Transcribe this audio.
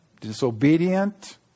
disobedient